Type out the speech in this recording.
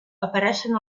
apareixen